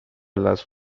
las